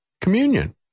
communion